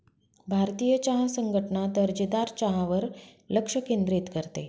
भारतीय चहा संघटना दर्जेदार चहावर लक्ष केंद्रित करते